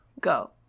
go